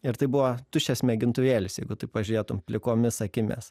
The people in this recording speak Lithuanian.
ir tai buvo tuščias mėgintuvėlis jeigu taip pažiūrėtum plikomis akimis